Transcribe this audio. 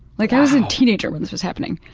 like i was a teenager when this was happening.